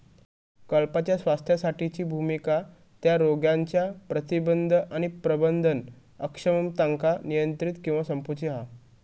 कळपाच्या स्वास्थ्यासाठीची भुमिका त्या रोगांच्या प्रतिबंध आणि प्रबंधन अक्षमतांका नियंत्रित किंवा संपवूची हा